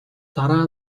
дараа